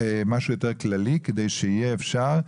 משהו יותר כללי כדי שיהיה אפשר,